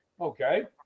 Okay